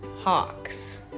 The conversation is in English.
Hawks